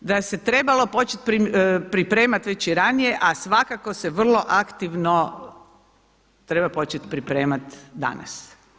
Da se trebalo pripremati već i ranije, a svakako se vrlo aktivno treba počet pripremat danas.